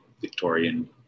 Victorian